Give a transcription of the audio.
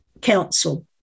council